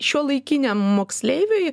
šiuolaikiniam moksleiviui